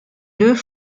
deux